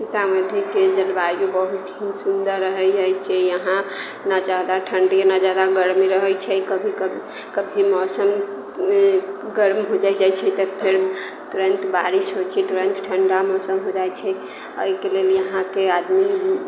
सीतामढ़ीके जलवायु बहुत ही सुन्दर रहै छै यहाँ ने जादा ठण्डी ने जादा गर्मी रहै छै कभी कभी कभी मौसम गर्म होइ जाइ छै तऽ फेर तुरन्त बारिश होइ छै तुरन्त ठण्डा मौसम हो जाइ छै एहिके लेल यहाँके आदमी